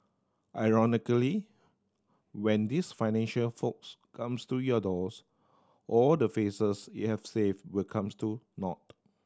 ironically when these financial folks comes to your doors all the faces you have saved will comes to naught